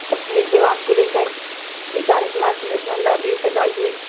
اپنے ضروریات کو لے کر نثار اخلاق نیشنل لائبریری تک آئیے